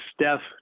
Steph